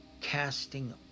casting